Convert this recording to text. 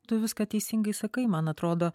tu viską teisingai sakai man atrodo